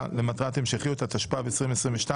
הפיזור?